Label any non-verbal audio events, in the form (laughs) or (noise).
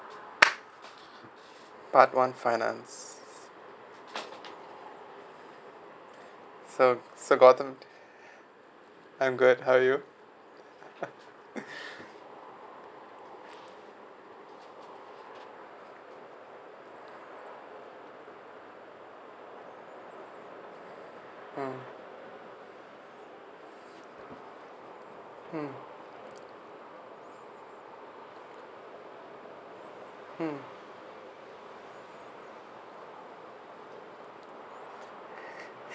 part one finance so so good afternoon I'm good how are you (laughs) mm mm mm